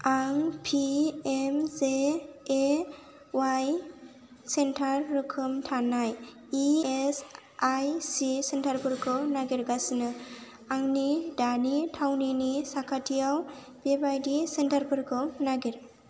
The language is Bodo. आं पिएमजेएवाइ सेन्टार रोखोम थानाय ईएसआईसि सेन्टारफोरखौ नागिरगासिनो आंनि दानि थावनिनि साखाथियाव बेबादि सेन्टारफोरखौ नागिर